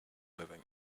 living